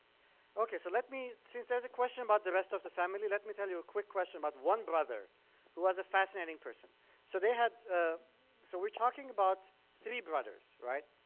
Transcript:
ok so let me see if there's a question about the rest of the family let me tell you a quick question about one brother who has a fascinating person so they had ah so we're talking about three brothers right